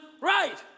right